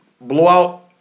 blowout